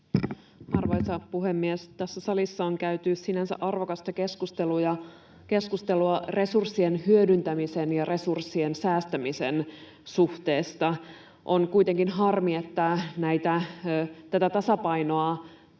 Arvoisa puhemies! Tässä salissa on käyty sinänsä arvokasta keskustelua resurssien hyödyntämisen ja resurssien säästämisen suhteesta. On kuitenkin harmi, että tätä tasapainoa